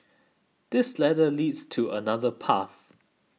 this ladder leads to another path